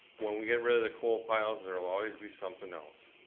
when we get rid of the coal piles, there'll always be something else.